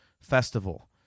Festival